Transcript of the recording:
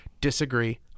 disagree